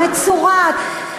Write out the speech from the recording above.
מצורעת.